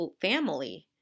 family